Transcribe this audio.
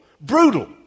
Brutal